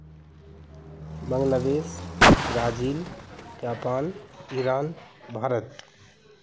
Bangladesh Brazil Japan Iran Bharat